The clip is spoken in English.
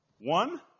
one